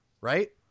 Right